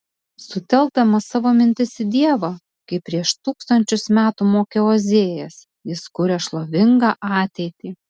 sutelkdamas savo mintis į dievą kaip prieš tūkstančius metų mokė ozėjas jis kuria šlovingą ateitį